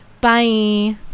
Bye